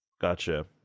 Gotcha